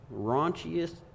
raunchiest